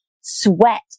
sweat